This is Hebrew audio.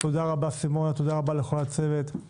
תודה רבה, סימונה, תודה רבה לכל הצוות.